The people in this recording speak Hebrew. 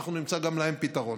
ואנחנו נמצא גם להם פתרון.